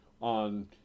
on